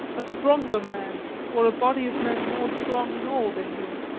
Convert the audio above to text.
a stronger man, or a body of men more strong in all than him,